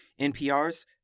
NPR's